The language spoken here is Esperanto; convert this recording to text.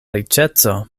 riĉeco